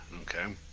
Okay